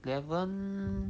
eleven